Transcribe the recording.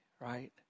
right